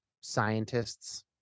scientists